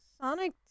sonic